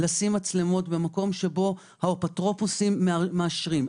לשים מצלמות במקום שבו האפוטרופוסים מאשרים.